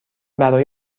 برای